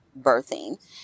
birthing